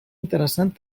interessant